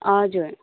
हजुर